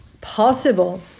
possible